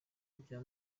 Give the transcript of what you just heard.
bya